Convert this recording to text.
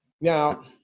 Now